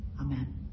Amen